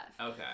Okay